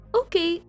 okay